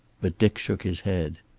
but dick shook his head.